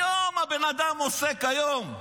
היום הבן אדם עוסק, היום,